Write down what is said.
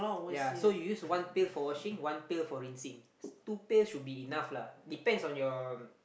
ya so you use one pail for washing one pail for rinsing two pails should be enough lah depends on